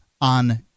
on